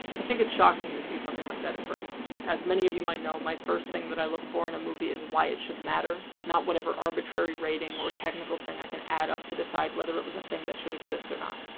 i think it's shocking to see something like that at first. as many of you might know, my first thing that i look for in a movie is why it should matter. not, whatever arbitrary rating or technical thing i can add up to decide whether it was a thing that should exist or not.